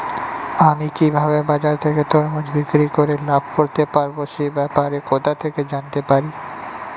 আমি কিভাবে বাজার থেকে তরমুজ বিক্রি করে লাভ করতে পারব সে ব্যাপারে কোথা থেকে জানতে পারি?